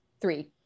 three